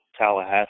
Tallahassee